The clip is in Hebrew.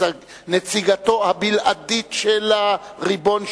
נציגתו הבלעדית של הריבון,